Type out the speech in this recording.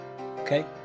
Okay